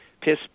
piss